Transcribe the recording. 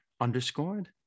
underscored